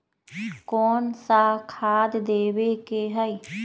कोन सा खाद देवे के हई?